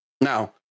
Now